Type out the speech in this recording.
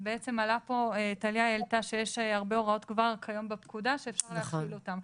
אז בעצם טליה העלתה שיש הרבה הוראות כבר כיום בפקודה שאפשר להחיל אותם.